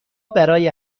برای